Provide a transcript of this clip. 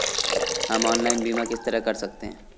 हम ऑनलाइन बीमा किस तरह कर सकते हैं?